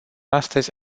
astăzi